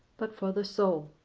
but for the soul.